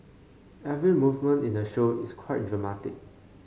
every movement in the show is quite dramatic